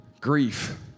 Grief